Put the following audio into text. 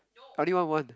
I only want one